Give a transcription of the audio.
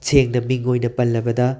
ꯁꯦꯡꯅ ꯃꯤꯡ ꯑꯣꯏꯅ ꯄꯜꯂꯕꯗ